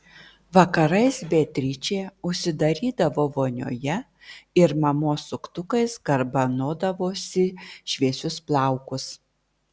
vakarais beatričė užsidarydavo vonioje ir mamos suktukais garbanodavosi šviesius plaukus